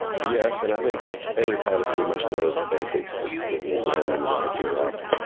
yes, and i think every pilot pretty much knows the basics that you land in the water gear up,